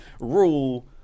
rule